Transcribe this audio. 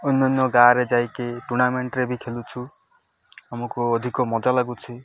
ଅନ୍ୟାନ୍ୟ ଗାଁରେ ଯାଇକି ଟୁର୍ଣ୍ଣାମେଣ୍ଟରେ ବି ଖେଳୁଛୁ ଆମକୁ ଅଧିକ ମଜା ଲାଗୁଛି